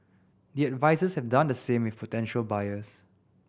the advisers have done the same with potential buyers